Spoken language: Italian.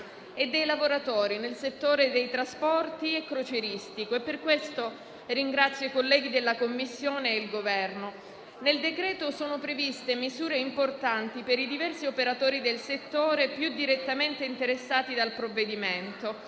e dei lavoratori del settore dei trasporti e crocieristico e per questo ringrazio i colleghi della Commissione e il Governo. Nel decreto-legge sono previste misure importanti per i diversi operatori del settore più direttamente interessati dal provvedimento.